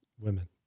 women